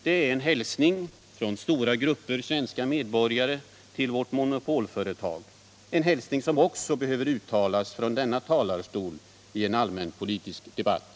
Det är en hälsning från stora grupper svenska medborgare till vårt monopolföretag, en hälsning som också behöver uttalas från denna talarstol i en allmänpolitisk debatt.